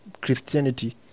Christianity